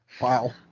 Wow